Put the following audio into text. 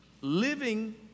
living